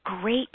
great